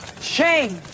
Shame